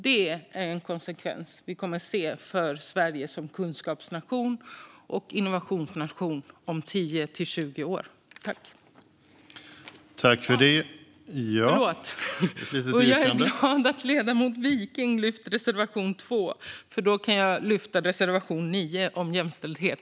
Vi kommer att se konsekvenser av detta för Sverige som kunskapsnation och innovationsnation om tio till tjugo år. Jag är glad att ledamoten Mats Wiking yrkade bifall till reservation 2, för då kan jag yrka bifall till reservation 9 om jämställdhet.